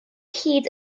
hyd